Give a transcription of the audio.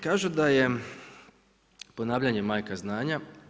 Kažu da je ponavljanje majka znanja.